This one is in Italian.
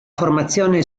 formazione